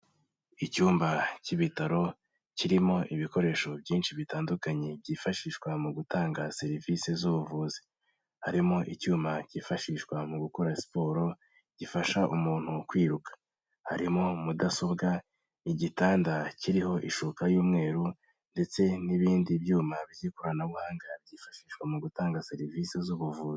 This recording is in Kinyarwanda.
Icyumba cy'ibitaro, kirimo ibikoresho byinshi bitandukanye byifashishwa mu gutanga serivisi z'ubuvuzi. Harimo icyuma cyifashishwa mu gukora siporo, gifasha umuntu kwiruka. Harimo mudasobwa, igitanda kiriho ishuka y'umweru, ndetse n'ibindi byuma by'ikoranabuhanga byifashishwa mu gutanga serivisi z'ubuvuzi.